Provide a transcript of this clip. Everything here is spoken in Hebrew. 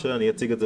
שאני אציג את זה